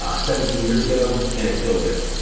ah seventeen years ago, and it's still there.